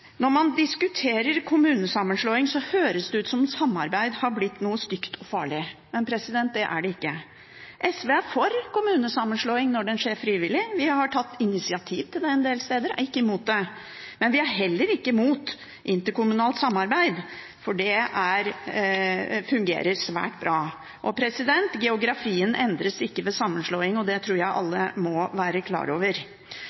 Når man diskuterer kommunesammenslåing, høres det ut som om samarbeid har blitt noe stygt og farlig – men det er det ikke. SV er for kommunesammenslåing, når den skjer frivillig. Vi har tatt initiativ til det en del steder og er ikke mot det. Men vi er heller ikke mot interkommunalt samarbeid, for det fungerer svært bra. Geografien endres ikke ved sammenslåing, og det tror jeg